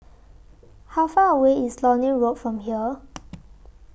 How Far away IS Lornie Road from here